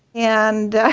and